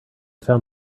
found